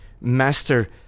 Master